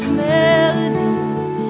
melodies